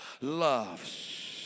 loves